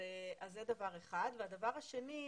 הדבר השני,